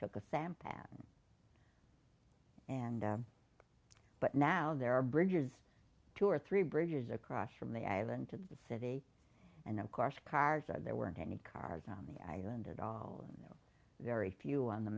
took a sampath and but now there are bridges two or three bridges across from the island to the city and of course cars that there weren't any cars on the island at all and very few on the